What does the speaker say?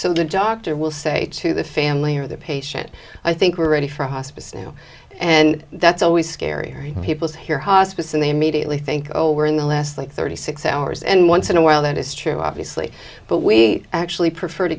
so the doctor will say to the family or the patient i think we're ready for hospice now and that's always scary people here hospice and they immediately think oh we're in the last like thirty six hours and once in a while that is true obviously but we actually prefer to